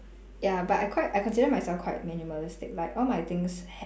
ya but I quite I consider myself quite minimalistic like all my things